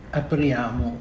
apriamo